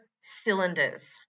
cylinders